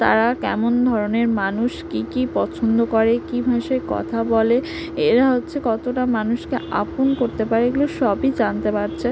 তারা কেমন ধরনের মানুষ কী কী পছন্দ করে কী ভাষায় কথা বলে এরা হচ্ছে কতটা মানুষকে আপন করতে পারে এগুলো সবই জানতে পারছে